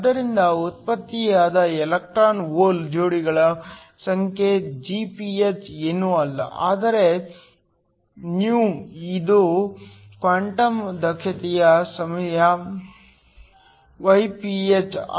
ಆದ್ದರಿಂದ ಉತ್ಪತ್ತಿಯಾದ electron hole ಜೋಡಿಗಳ ಸಂಖ್ಯೆ Gph ಏನೂ ಅಲ್ಲ ಆದರೆ η ಇದು ಕ್ವಾಂಟಮ್ ದಕ್ಷತೆಯ ಸಮಯ γPh